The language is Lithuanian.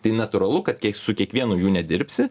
tai natūralu kad su kiekvienu jų nedirbsi